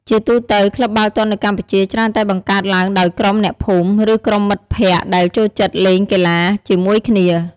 ជាទូទៅ ក្លឹបបាល់ទាត់នៅកម្ពុជា ច្រើនតែបង្កើតឡើងដោយក្រុមអ្នកភូមិ ឬក្រុមមិត្តភក្តិដែលចូលចិត្តលេងកីឡាជាមួយគ្នា។